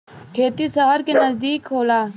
खेती सहर के नजदीक होला